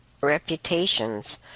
reputations